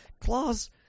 claws